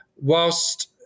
Whilst